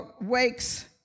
wakes